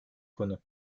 konu